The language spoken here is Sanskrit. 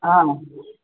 आम्